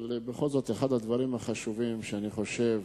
אבל בכל זאת, אחד הדברים החשובים, אני חושב,